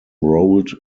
rolled